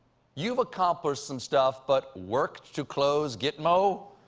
you've accomplished some stuff, but, worked to close gitmo?